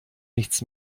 nichts